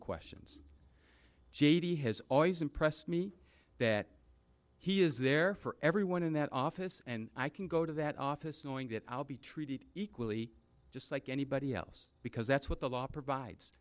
questions j d has always impressed me that he is there for everyone in that office and i can go to that office knowing that i'll be treated equally just like anybody else because that's what the law provides